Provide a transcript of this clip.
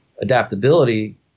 adaptability –